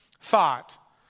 thought